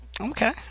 Okay